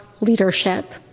leadership